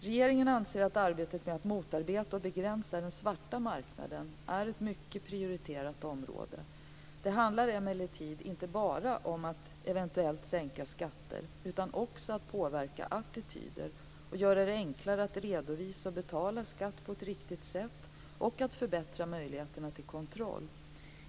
Regeringen anser att arbetet med att motarbeta och begränsa den svarta marknaden är ett mycket prioriterat område. Det handlar emellertid inte bara om att eventuellt sänka skatter utan också om att påverka attityder, göra det enklare att redovisa och betala skatt på ett riktigt sätt och att förbättra möjligheterna till kontroll.